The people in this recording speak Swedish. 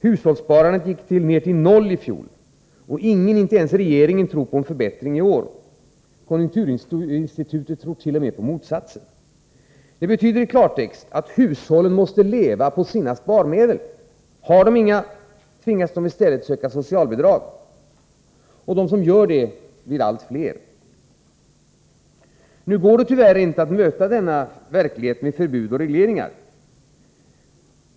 Hushållssparandet gick ned till noll i fjol. Och ingen — inte ens regeringen — tror på någon förbättring i år. Konjunkturinstitutet tror t.o.m. på motsatsen. Det betyder i klartext att hushållen måste leva på sina sparmedel. Har de inga, tvingas de i stället att söka socialbidrag, och de som gör det blir allt fler. Det går tyvärr inte att möta denna verklighet med förbud och regleringar.